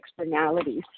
externalities